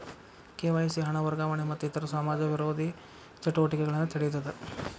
KYC ಹಣ ವರ್ಗಾವಣೆ ಮತ್ತ ಇತರ ಸಮಾಜ ವಿರೋಧಿ ಚಟುವಟಿಕೆಗಳನ್ನ ತಡೇತದ